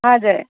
हजुर